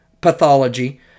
pathology